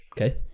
okay